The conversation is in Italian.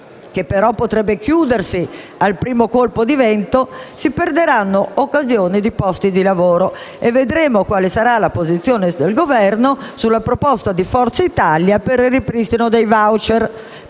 che però potrebbe chiudersi al primo colpo di vento, si perderanno occasione di posti di lavoro. Vedremo quale sarà la posizione del Governo sulla proposta di Forza Italia per il ripristino dei *voucher*,